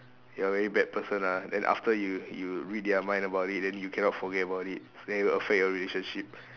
you are a very bad person ah then after you you read their mind about it then you cannot forget about it then it'll affect your relationship